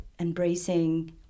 embracing